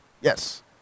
Yes